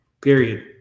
Period